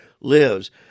lives